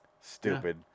Stupid